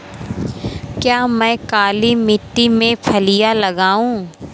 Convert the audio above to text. क्या मैं काली मिट्टी में फलियां लगाऊँ?